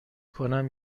کنم